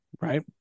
right